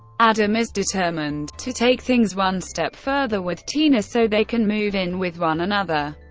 adam is determined to take things one step further with tina so they can move in with one another,